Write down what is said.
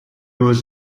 was